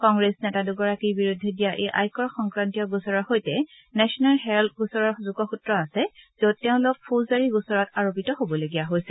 কংগ্ৰেছ নেতা দুগৰাকীৰ বিৰুদ্ধে দিয়া এই আয়কৰ সংক্ৰান্তীয় গোচৰৰ সৈতে নেশ্যনেল হেৰল্ড গোচৰৰ যোগসূত্ৰ আছে য'ত তেওঁলোক ফৌজদাৰী গোচৰত আৰোপিত হবলগীয়া হৈছে